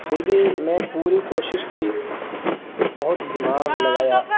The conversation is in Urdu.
فر بھی میں پوری کوشش کی بہت دماغ لگایا